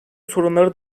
sorunları